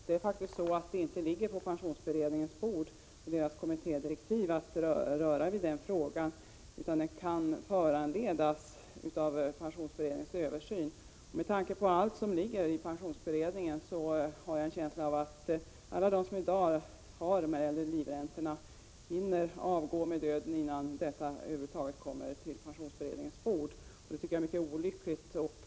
Det ingår inte i pensionsberedningens direktiv att arbeta med den frågan. Den kan föranledas av pensionsberedningens översyn. Med tanke på allt som ingår i pensionsberedningens uppdrag har jag en känsla av att alla som har dessa livräntor hinner avgå med döden innan denna fråga över huvud taget kommer på pensionsberedningens bord. Det tycker jag är mycket olyckligt.